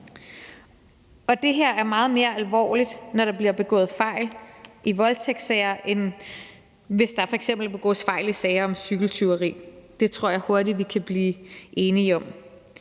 alle. Det er meget mere alvorligt, når der bliver begået fejl i voldtægtssager, end hvis der f.eks. begås fejl i sager om cykeltyveri. Det tror jeg hurtigt vi kan blive enige om.